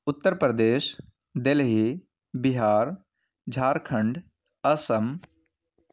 Uttar Pradesh Delhi Bihar Jharkhand Assam